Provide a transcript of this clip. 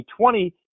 2020